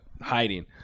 hiding